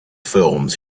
films